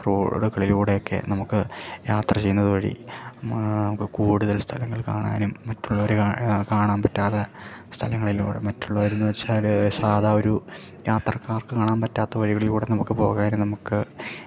റോഡുകളിലൂടെയൊക്കെ നമുക്ക് യാത്ര ചെയ്യുന്നത് വഴി നമുക്ക് കൂടുതൽ സ്ഥലങ്ങൾ കാണാനും മറ്റുള്ളവർ കാണാൻ പറ്റാതെ സ്ഥലങ്ങളിലൂടെ മറ്റുള്ളവർ എന്ന് വെച്ചാൽ സാധാ ഒരു യാത്രക്കാർക്ക് കാണാൻ പറ്റാത്ത വഴികളിലൂടെ നമുക്ക് പോകാനും നമുക്ക്